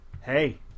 hey